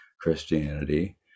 Christianity